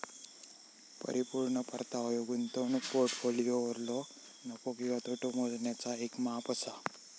परिपूर्ण परतावो ह्यो गुंतवणूक पोर्टफोलिओवरलो नफो किंवा तोटो मोजण्याचा येक माप असा